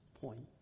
point